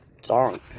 song